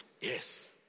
Yes